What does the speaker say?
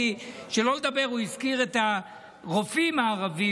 הוא הזכיר את הרופאים הערבים,